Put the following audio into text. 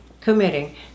committing